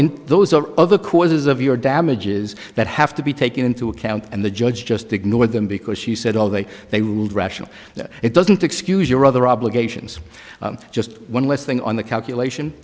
in those or other causes of your damages that have to be taken into account and the judge just ignore them because she said although they ruled rational it doesn't excuse your other obligations just one less thing on the calculation